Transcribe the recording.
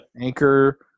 anchor